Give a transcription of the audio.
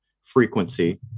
frequency